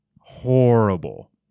Horrible